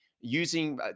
using